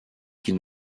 qu’il